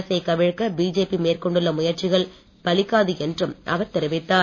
அரசை கவிழ்க்கு பிஜேபி மேற்கொண்டுள்ள முயற்சிகள் பலிக்காது என்றம் அவர் தெரிவித்தார்